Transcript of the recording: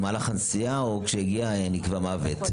או במהלך הנסיעה או כשהוא הגיע ונקבע מוות.